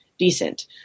decent